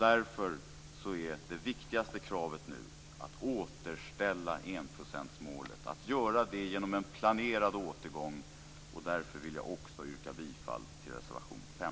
Därför är det viktigaste kravet nu att återställa enprocenstmålet, att göra det genom en planerad återgång. Därför vill jag också yrka bifall till reservation 5.